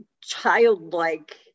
childlike